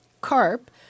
CARP